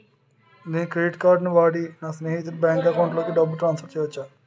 నేను credit card వాడి నా స్నేహితుని బ్యాంక్ అకౌంట్ కి డబ్బును ట్రాన్సఫర్ చేయచ్చా?